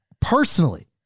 personally